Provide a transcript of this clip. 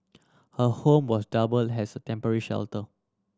her home was doubled has a temporary shelter